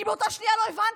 כי באותה שנייה לא הבנתי.